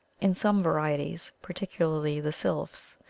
in some varieties, par ticularly the sylphs,